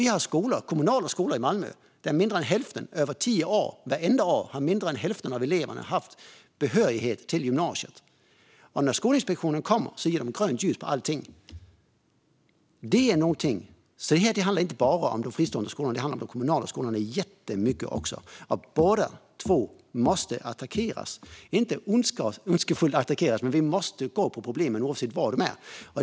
Vi har skolor, kommunala skolor, i Malmö där mindre än hälften av eleverna vartenda år under tio år haft behörighet till gymnasiet. Men när Skolinspektionen kommer ger man grönt ljus på allting. Det handlar alltså inte bara om de fristående skolorna. Det handlar också jättemycket om de kommunala skolorna. Båda två måste attackeras - inte ondskefullt, men vi måste gå på problemen oavsett var de är.